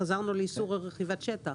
חזרנו לאיסור על רכיבת שטח,